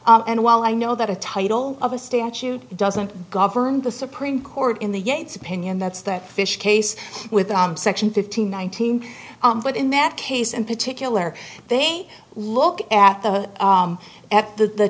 and while i know that a title of a statute it doesn't govern the supreme court in the yates opinion that's that fish case with i'm section fifteen nineteen but in that case in particular they look at the at the